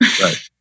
Right